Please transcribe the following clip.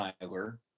Tyler